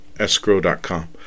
escrow.com